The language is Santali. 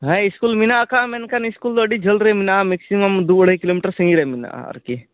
ᱦᱮᱸ ᱤᱥᱠᱩᱞ ᱢᱮᱱᱟᱜᱼᱟ ᱢᱮᱱᱠᱷᱟᱱ ᱤᱥᱠᱩᱞ ᱫᱚ ᱟᱹᱰᱤ ᱡᱷᱟᱹᱞ ᱨᱮ ᱢᱮᱱᱟᱜᱼᱟ ᱢᱤᱠᱥᱤᱢᱟᱢ ᱫᱩ ᱟᱹᱲᱟᱹᱭ ᱠᱤᱞᱳᱢᱤᱴᱟᱨ ᱥᱟᱺᱜᱤᱧ ᱨᱮ ᱢᱮᱱᱟᱜᱼᱟ ᱟᱨᱠᱤ